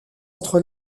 entre